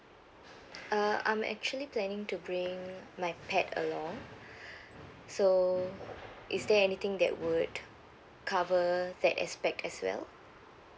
uh I'm actually planning to bring my pet along so is there anything that would cover that aspect as well